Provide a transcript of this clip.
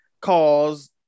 cause